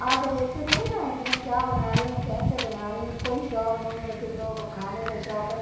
آ کے دیکھتے تھوڑی نہ ہیں کہ میں کیا بنا رہی ہوں کیسے بنا رہی ہوں کوئی شوق نہیں ہے بس ان لوگوں کو کھانے کا شوق ہے